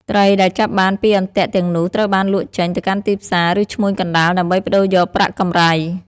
ត្រីដែលចាប់បានពីអន្ទាក់ទាំងនោះត្រូវបានលក់ចេញទៅកាន់ទីផ្សារ ឬឈ្មួញកណ្តាលដើម្បីប្តូរយកប្រាក់កម្រៃ។